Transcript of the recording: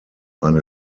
eine